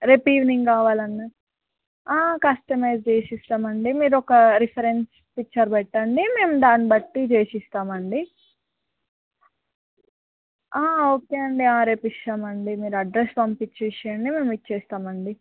రేపు ఈవినింగ్ కావాలన్నా కస్టమైజ్ చేసిస్తామండి మీరొక రిఫరెన్స్ పిక్చర్ పెట్టండి మేము దాన్ని బట్టి చేసిస్తామండి ఓకే అండి రేపు ఇస్తామండి మీరు అడ్రస్ పంపించేసేయండి మేము ఇచ్చేస్తామండి